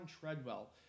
Treadwell